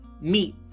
meet